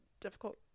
difficult